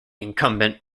incumbent